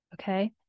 okay